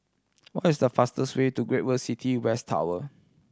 what is the fastest way to Great World City West Tower